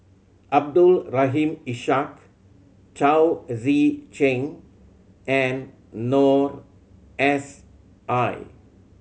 Abdul Rahim Ishak Chao Tzee Cheng and Noor S I